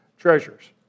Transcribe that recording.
treasures